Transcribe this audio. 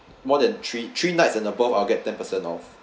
more than three three nights and above I'll get ten percent off